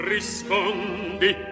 Rispondi